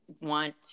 want